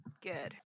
Good